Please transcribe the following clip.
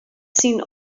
seen